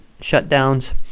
shutdowns